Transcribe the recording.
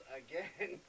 again